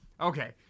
Okay